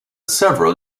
several